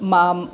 माम्